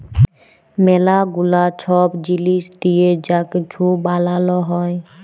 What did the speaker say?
ম্যালা গুলা ছব জিলিস দিঁয়ে যা কিছু বালাল হ্যয়